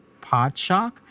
Podshock